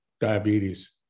diabetes